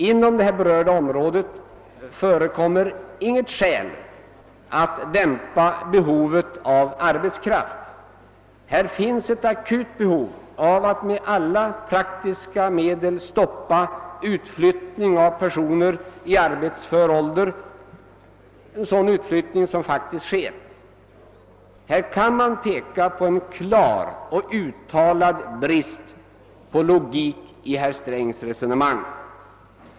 Inom det berörda området föreligger inget skäl att dämpa behovet av arbetskraft — det finns ett aktut behov av att med alla praktiska medel stoppa den utflyttning av personer i arbetsför ålder som sker. Här kan man peka på en klar och uttalad brist på logik i herr Strängs resonemang.